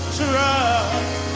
trust